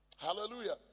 Hallelujah